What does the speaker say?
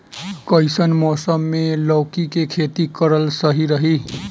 कइसन मौसम मे लौकी के खेती करल सही रही?